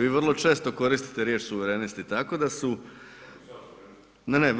Vi vrlo često koristite riječ suverenisti tako da su, ne,